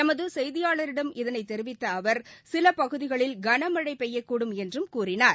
எமது செய்தியாளிடம் இதனைத் தெரிவித்த அவர் சில பகுதிகளில் கனம்ஸ் பெய்யக்கூடும் என்றும் கூறினார்